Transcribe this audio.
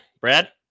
brad